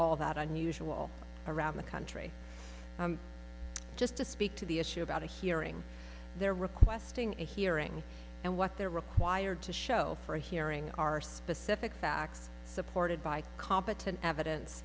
all that unusual around the country just to speak to the issue about a hearing they're requesting a hearing and what they're required to show for a hearing are specific facts supported by competent evidence